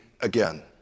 again